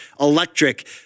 electric